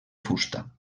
fusta